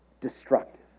destructive